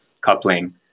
coupling